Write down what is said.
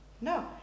No